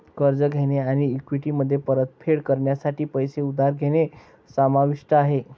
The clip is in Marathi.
कर्ज घेणे आणि इक्विटीमध्ये परतफेड करण्यासाठी पैसे उधार घेणे समाविष्ट आहे